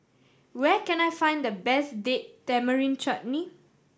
where can I find the best Date Tamarind Chutney